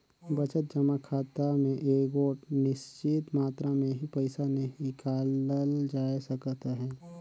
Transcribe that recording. बचत जमा खाता में एगोट निच्चित मातरा में ही पइसा हिंकालल जाए सकत अहे